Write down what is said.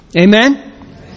Amen